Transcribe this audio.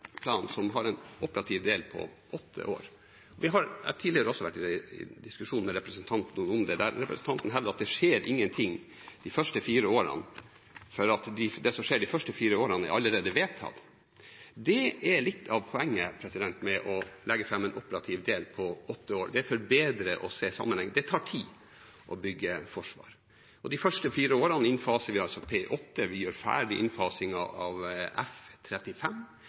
plan som har en operativ del på åtte år. Jeg har også tidligere vært i diskusjon med representanten om dette, der representanten har hevdet at det skjer ingenting de første fire årene, for det som skjer de første fire årene, er allerede vedtatt. Det er litt av poenget med å legge fram en operativ del på åtte år, nemlig for bedre å se sammenheng. Det tar tid å bygge forsvar, og de første fire årene innfaser vi P8, vi gjør ferdig innfasingen av